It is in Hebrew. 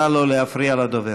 נא לא להפריע לדובר.